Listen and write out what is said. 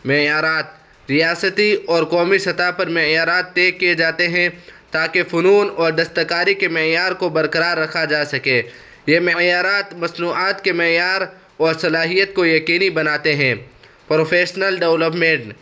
معیارات ریاستی اور قومی سطح پر معیارات طے کئے جاتے ہیں تاکہ فنون اور دستکاری کے معیار کو برقرار رکھا جا سکے یہ معیارات مصنوعات کے معیار اور صلاحیت کو یقینی بناتے ہیں پروفیشنل ڈیولپمینڈ